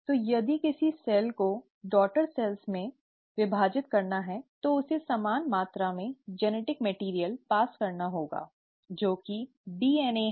तो यदि किसी कोशिका को दो डॉटर सेल्स में विभाजित करना है तो उसे समान मात्रा में जेनेटिक मैटिअर्इअल पास करना होगा जो कि डीएनए है